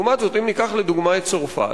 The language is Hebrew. לעומת זאת, אם ניקח לדוגמה את צרפת,